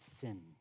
sin